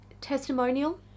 testimonial